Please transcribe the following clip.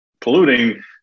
polluting